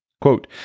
Quote